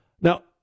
Now